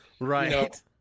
right